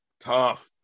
tough